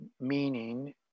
meaning